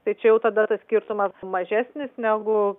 tai čia jau tada tas skirtumas mažesnis negu